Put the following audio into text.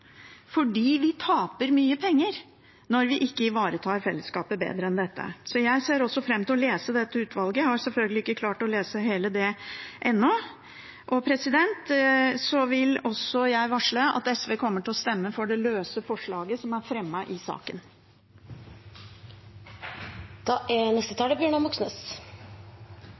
fordi vi taper mye penger når vi ikke ivaretar fellesskapet bedre enn dette. Jeg ser også fram til å lese rapporten fra dette utvalget. Jeg har selvfølgelig ikke klart å lese hele den ennå. Så vil også jeg varsle at SV kommer til å stemme for det løse forslaget som er fremmet i